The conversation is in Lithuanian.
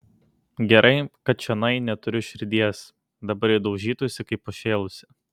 gerai kad čionai neturiu širdies dabar ji daužytųsi kaip pašėlusi